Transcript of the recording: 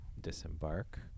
disembark